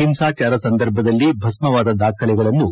ಹಿಂಸಾಚಾರ ಸಂದರ್ಭದಲ್ಲಿ ಭಸ್ವಾದ ದಾಖಲೆಗಳನ್ನು